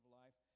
life